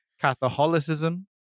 Catholicism